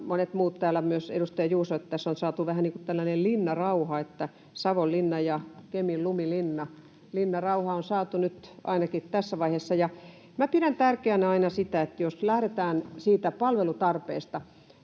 totesivat, myös edustaja Juuso — saatu vähän niin kuin linnarauha, että Savonlinna ja Kemin lumilinna, linnarauha on saatu nyt ainakin tässä vaiheessa. Minä pidän tärkeänä aina sitä, että just lähdetään siitä palveluntarpeesta.